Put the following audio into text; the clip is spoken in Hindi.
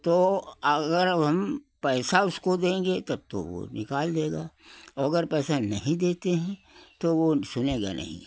तो अगर हम पैसा उसको देंगे तब तो वो निकाल देगा और अगर पैसा नहीं देते हैं तो वो सुनेगा नहीं